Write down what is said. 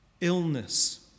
illness